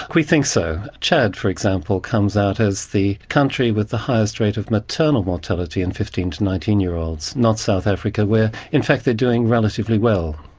we think so. chad for example comes out as the country with the highest rate of maternal mortality in fifteen to nineteen year olds, not south africa where in fact they're doing relatively well.